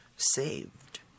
Saved